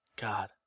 god